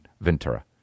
Ventura